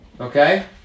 Okay